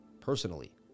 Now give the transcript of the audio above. personally